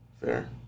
Fair